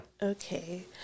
Okay